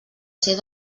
ser